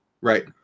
Right